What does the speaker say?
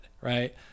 right